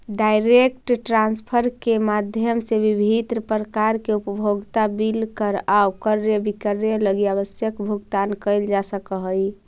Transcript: direct transfer के माध्यम से विभिन्न प्रकार के उपभोक्ता बिल कर आउ क्रय विक्रय लगी आवश्यक भुगतान कैल जा सकऽ हइ